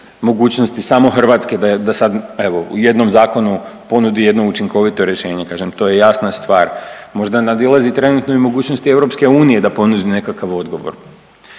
mogućnosti samo Hrvatske da sad evo u jednom zakonu ponudi jedno učinkovito rješenje. Kažem to je jasna stvar. Možda nadilazi trenutno i mogućosti EU da ponudi nekakav odgovor,